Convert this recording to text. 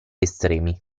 estremi